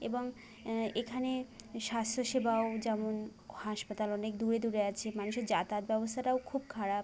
এবং এখানে স্বাস্থ্য সেবাও যেমন হাসপাতাল অনেক দূরে দূরে আছে মানুষের যাতায়াত ব্যবস্থাটাও খুব খারাপ